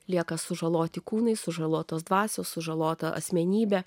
lieka sužaloti kūnai sužalotos dvasios sužalota asmenybė